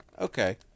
Okay